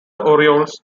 orioles